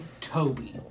Toby